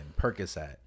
Percocet